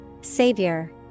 Savior